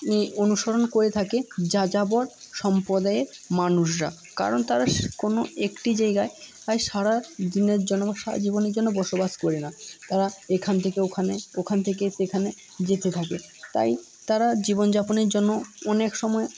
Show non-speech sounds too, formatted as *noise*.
*unintelligible* অনুসরণ করে থাকে যাযাবর সম্প্রদায়ের মানুষরা কারণ তারা কোনো একটি জায়গায় প্রায় সারা দিনের জন্য সারা জীবনের জন্য বসবাস করে না তারা এখান থেকে ওখানে ওখান থেকে সেখানে যেতে থাকে তাই তারা জীবনযাপনের জন্য অনেক সময়